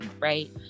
right